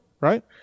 right